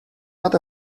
not